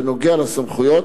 בנוגע לסמכויות